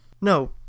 No